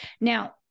Now